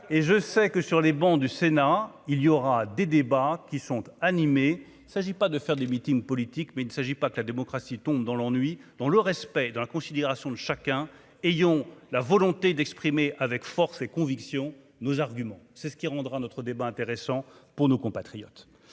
et je sais que sur les bancs du Sénat, il y aura des débats qui sont animés, s'agit pas de faire des meetings politiques mais il ne s'agit pas que la démocratie tombe dans l'ennui dans le respect de la considération de chacun, ayons la volonté d'exprimer avec force et conviction nos arguments, c'est ce qui rendra notre débat intéressant pour nos compatriotes,